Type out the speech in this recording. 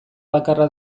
bakarra